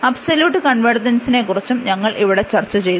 absolute കൺവെർജെൻസ്നെക്കുറിച്ചും ഞങ്ങൾ ഇവിടെ ചർച്ചചെയ്തു